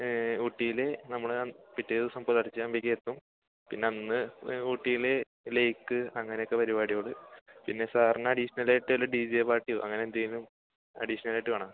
ഊട്ടിയിൽ നമ്മൾ പിറ്റേദിവസം പുലർച്ച് ആകുമ്പത്തേക്കും എത്തും പിന്നന്ന് ഊട്ടിയിലെ ലേക്ക് അങ്ങനൊക്കെ പരുപാടികൾ പിന്നെ സാറിന് അഡീഷനലായിട്ട് വെല്ലോ ഡി ജെ പാർട്ടിയോ അങ്ങനെന്തേലും അഡീഷണലായിട്ട് വേണോ